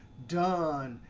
done.